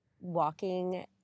walking